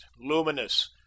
luminous